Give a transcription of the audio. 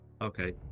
Okay